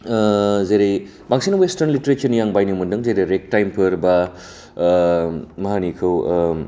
ओ जेरै बांसिन अवेसटार्न लिटारेचारनि आं बायनो मोन्दों जेरै रेड टाइमफोर बा ओ मा होनो एखौ ओ